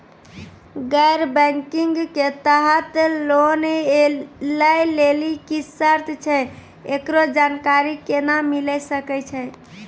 गैर बैंकिंग के तहत लोन लए लेली की सर्त छै, एकरो जानकारी केना मिले सकय छै?